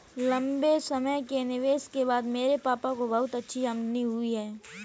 लंबे समय के निवेश के बाद मेरे पापा को अच्छी आमदनी हुई है